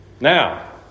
Now